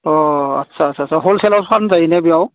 अ आच्चा आच्चा हलसेलाव फानजायो ना बेयाव